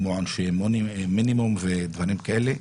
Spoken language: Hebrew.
כמו עונשי מינימום ודברים כאלה,